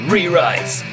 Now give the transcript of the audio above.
Rewrites